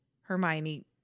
Hermione